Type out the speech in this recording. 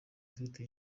afite